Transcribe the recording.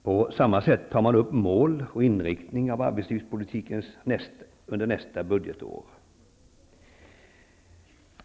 På samma sätt tar man upp mål och inriktning av arbetslivspolitiken under nästa budgetår.